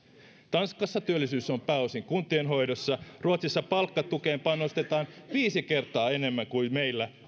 tanskassa työllisyys on pääosin kuntien hoidossa ruotsissa palkkatukeen panostetaan suhteessa bkthen viisi kertaa enemmän kuin meillä